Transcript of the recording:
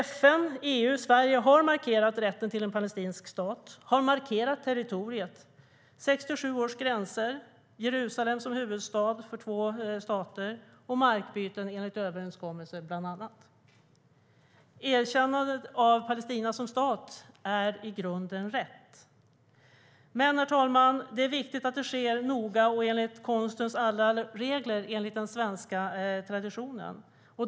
FN, EU och Sverige har markerat rätten till en palestinsk stat, och man har markerat territoriet - 1967 års gränser, Jerusalem som huvudstad för två stater och markbyten enligt överenskommelser, bland annat. Erkännandet av Palestina som stat är i grunden rätt, herr talman, men det är viktigt att det sker noggrant och enligt konstens alla regler utifrån den svenska traditionen.